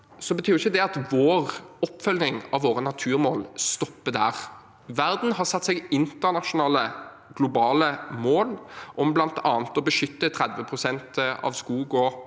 betyr ikke det at vår oppfølging av våre naturmål stopper der. Verden har satt seg internasjonale, globale mål om bl.a. å beskytte 30 pst. av skog og